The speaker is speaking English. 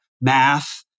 math